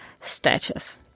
status